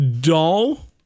Doll